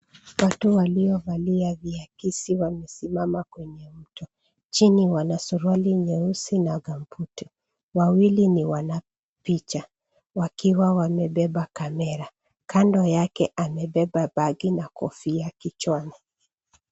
Watu waliovalia viakisi wamesimama kwenye mto. Chini wana suruali nyeusi na gumboots .Wawili ni wanapicha wakiwa wamebeba kamera. Kando yake amebeba bagi na kofia kichwani.